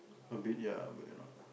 a bit ya but you're not